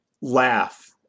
laugh